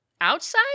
Outside